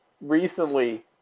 recently